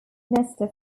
minister